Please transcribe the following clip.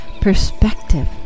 perspective